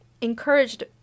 encouraged